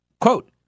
Quote